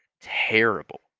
terrible